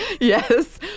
Yes